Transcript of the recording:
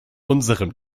unserem